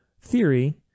theory